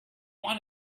want